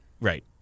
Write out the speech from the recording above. Right